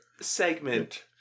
segment